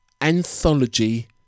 anthology